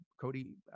cody